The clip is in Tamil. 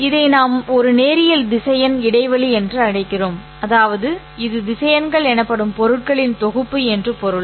இதை நாம் ஒரு நேரியல் திசையன் இடைவெளி என்று அழைக்கிறோம் அதாவது இது திசையன்கள் எனப்படும் பொருட்களின் தொகுப்பு என்று பொருள்